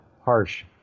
harsh